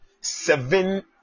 seven